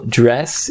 dress